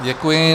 Děkuji.